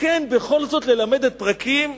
בכל זאת כן ללמד את הפרקים.